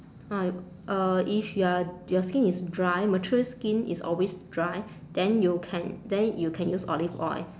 ah uh if you are your skin is dry mature skin is always dry then you can then you can use olive oil